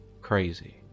crazy